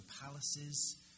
palaces